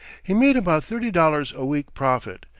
he made about thirty dollars a week profit,